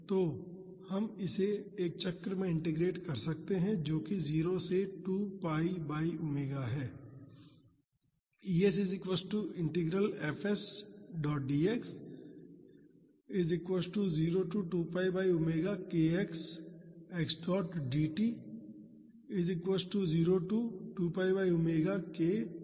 तो हम इसे एक चक्र में इंटीग्रेट कर सकते हैं जो कि 0 से 2 π बाई ओमेगा है